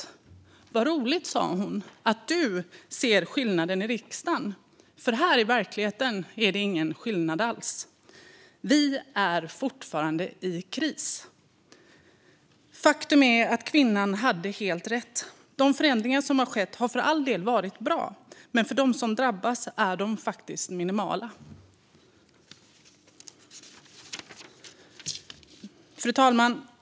Hon sa: "Vad roligt att du ser skillnad i riksdagen, för här ute i verkligheten är det ingen skillnad alls. Vi är fortfarande i kris." Faktum är att kvinnan hade helt rätt. De förändringar som skett har för all del varit bra, men för dem som drabbas är de faktiskt minimala. Fru talman!